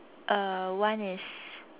uh one is